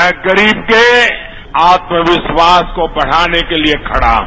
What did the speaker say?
मैं गरीब के आत्मविश्वास को बढ़ाने के लिए खड़ा है